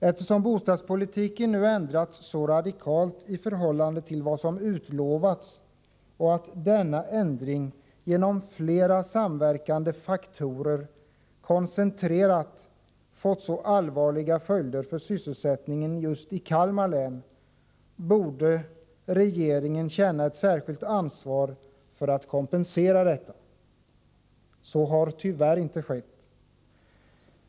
Eftersom bostadspolitiken nu ändrats så radikalt i förhållande till vad som utlovats och denna ändring genom flera samverkande faktorer fått mycket allvarliga följder för sysselsättningen just i Kalmar län, borde regeringen känna ett särskilt ansvar för att kompensera detta. Så har tyvärr inte skett.